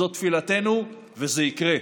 זו תפילתנו וזה יקרה.